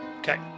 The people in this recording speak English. Okay